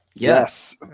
Yes